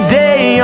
day